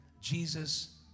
Jesus